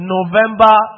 November